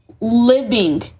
living